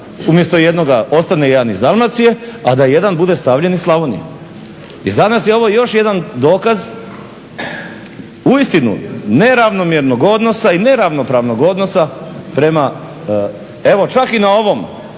umjesto jednoga, ostane jedan iz Dalmacije a da 1 bude stavljen iz Slavonije. I za nas je ovo još jedan dokaz, uistinu neravnomjernog odnosa i neravnopravnog odnosa prema, evo čak i na ovom